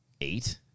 eight